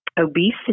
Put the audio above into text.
obesity